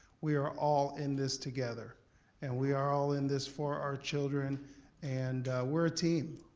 we are all in this together and we are all in this for our children and we're a team.